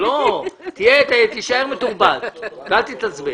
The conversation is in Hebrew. תישאר מתורבת ואל תתעצבן.